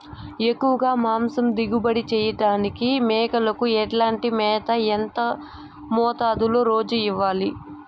ఎక్కువగా మాంసం దిగుబడి చేయటానికి మేకలకు ఎట్లాంటి మేత, ఎంత మోతాదులో రోజు ఇవ్వాలి?